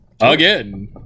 again